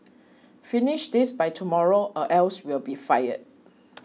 finish this by tomorrow or else will be fired